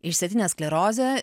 išsėtinė sklerozė